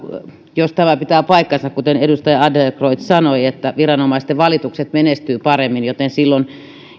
jos tämä pitää paikkansa kuten edustaja adlercreutz sanoi että viranomaisten valitukset menestyvät paremmin